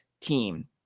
team